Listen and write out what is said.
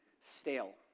stale